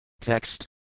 Text